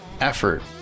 effort